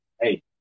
hey